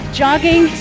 jogging